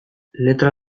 letra